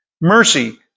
Mercy